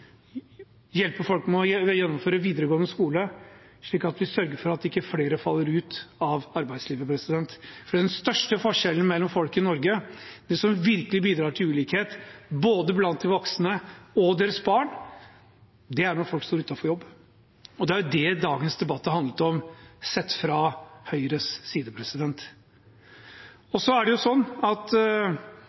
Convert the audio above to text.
hjelpe folk med å gjennomføre videregående skole, slik at vi sørger for at ikke flere faller ut av arbeidslivet. Den største forskjellen mellom folk i Norge, det som virkelig bidrar til ulikhet både blant de voksne og deres barn, er at folk står uten jobb. Det er det dagens debatt har handlet om – sett fra Høyres side. Det vil alltid være mange forskjellige meninger om veien til mål. Men jeg håper, og det er ikke en beskyldning, at